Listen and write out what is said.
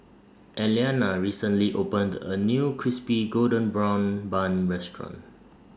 Elianna recently opened A New Crispy Golden Brown Bun Restaurant